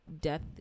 death